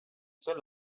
zuen